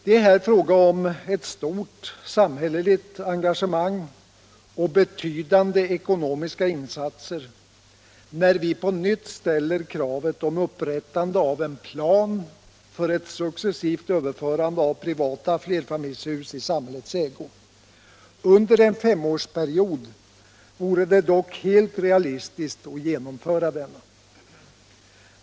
Det är fråga om ett stort samhälleligt engagemang och betydande ekonomiska insatser när vi på nytt ställer kravet på upprättandet av en plan för ett successivt överförande av privata flerfamiljshus i samhällets ägo. Under en femårsperiod vore det dock helt realistiskt att genomföra denna.